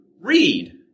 read